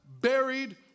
buried